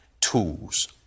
tools